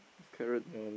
is carrot